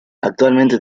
actualmente